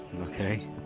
Okay